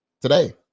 today